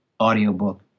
audiobook